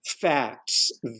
facts